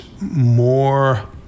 more